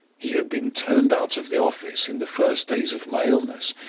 he had been turned out of the office in the first days of my illness,